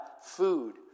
food